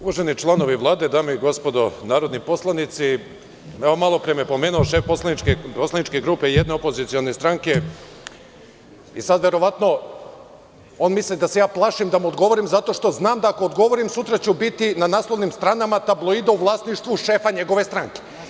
Uvaženi članovi Vlade, dame i gospodo narodni poslanici, malo pre me je pomenuo šef poslaničke grupe jedne opozicione stranke i sada verovatno on misli da se ja plašim da mu odgovorim zato što znam da ako mu odgovorim sutra ću biti na naslovnim stranama tabloida u vlasništvu šefa njegove stranke.